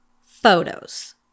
photos